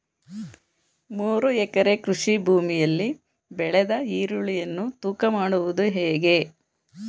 ಮೂರು ಎಕರೆ ಕೃಷಿ ಭೂಮಿಯಲ್ಲಿ ಬೆಳೆದ ಈರುಳ್ಳಿಯನ್ನು ತೂಕ ಮಾಡುವುದು ಹೇಗೆ?